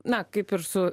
na kaip ir su